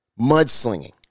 Mudslinging